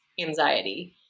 anxiety